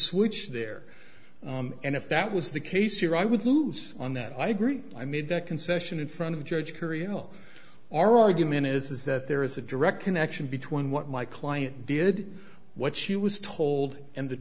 switch there and if that was the case here i would lose on that i agree i made that concession in front of judge korea all our argument is is that there is a direct connection between what my client did what she was told and the